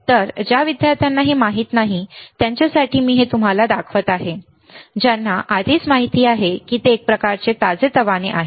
तर ज्या विद्यार्थ्यांना हे माहित नाही त्यांच्यासाठी हे मी तुम्हाला दाखवत आहे ज्यांना आधीच माहित आहे की ते एक प्रकारचे ताजेतवाने आहे